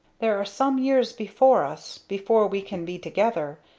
there are some years before us before we can be together.